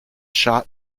shot